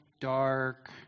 dark